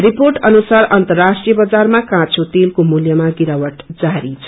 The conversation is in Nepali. रिर्पोट अनुसार अन्तराष्ट्रिय बतारुा काँचो तेलको मूल्यमा गिरावट जारी छ